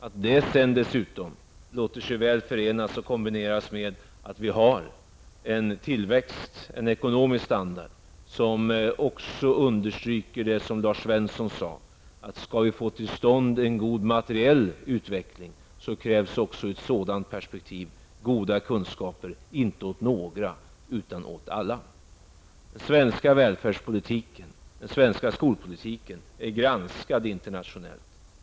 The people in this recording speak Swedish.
Att detta dessutom låter sig väl förenas och kombineras med att vi har en ekonomisk standard som ger utrymme även åt det som Lars Svensson strök under, dvs. om vi skall få till stånd en god materiell utveckling, krävs perspektivet: Goda kunskaper, inte åt några, utan åt alla. Den svenska välfärdspolitiken, den svenska skolpolitiken är granskad internationellt.